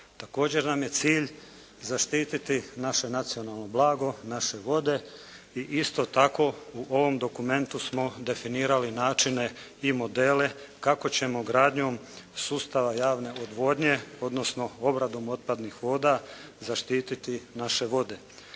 Također nam je cilj zaštiti naše nacionalno blago, naše vode i isto tako u ovom dokumentu smo definirali načine i modele kako ćemo gradnjom sustava javne odvodnje, odnosno obradom otpadnih voda zaštiti naše vode.